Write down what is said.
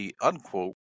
unquote